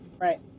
Right